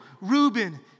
Reuben